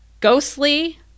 Ghostly